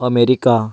America